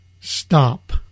stop